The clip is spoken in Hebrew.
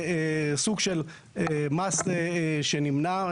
הוא אפילו לא מס שנמנה,